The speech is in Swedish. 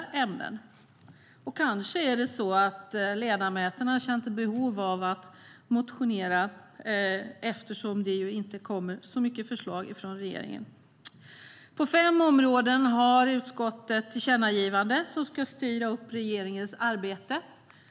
Ledamöterna har kanske känt ett behov av motionera eftersom det inte kommer så många förslag från regeringen. På fem områden har utskottet tillkännagivanden som ska styra upp regeringens arbete.